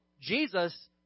Jesus